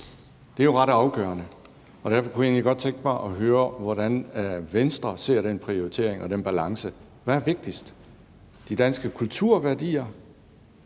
Det er jo ret afgørende, og derfor kunne jeg egentlig godt tænke mig at høre, hvordan Venstre ser den prioritering og den balance. Hvad er vigtigst? De danske kulturværdier